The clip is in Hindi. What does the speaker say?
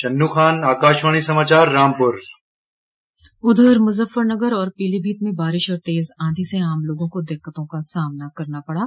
शन्नू खान आकाशवाणी समाचार रामपुर उधर मुजफ्फरनगर और पीलीभीत में बारिश और तेज़ आंधी से आम लोगों को दिक्कतों का सामना करना पड़ा